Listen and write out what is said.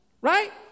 right